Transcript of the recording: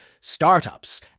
startups